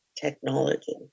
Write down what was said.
technology